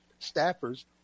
staffers